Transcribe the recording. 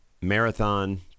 marathon